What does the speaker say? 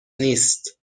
نیست